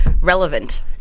relevant